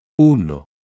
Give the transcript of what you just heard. Uno